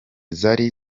zari